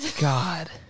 God